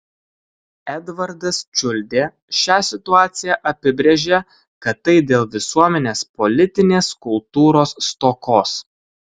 edvardas čiuldė šią situaciją apibrėžė kad tai dėl visuomenės politinės kultūros stokos